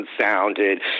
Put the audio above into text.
sounded